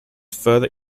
further